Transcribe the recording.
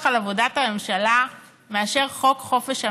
על עבודת הממשלה מאשר חוק חופש המידע?